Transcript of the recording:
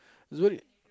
it's only